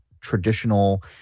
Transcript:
traditional